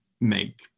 make